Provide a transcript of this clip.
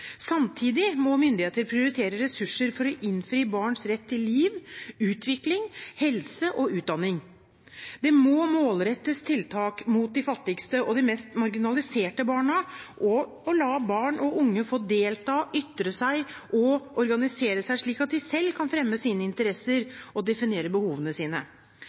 Samtidig må myndigheter prioritere ressurser for å innfri barns rett til liv, utvikling, helse og utdanning. Det må målrettes tiltak mot de fattigste og de mest marginaliserte barna, og man må la barn og unge få delta, ytre seg og organisere seg slik at de selv kan fremme sine interesser og definere behovene sine.